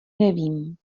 nevím